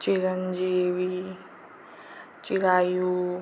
Chiranjeevi Chirayu